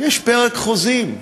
יש פרק חוזים.